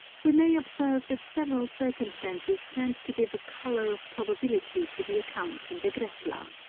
we may observe that several circumstances tend to give a colour of probability to the account in the gretla.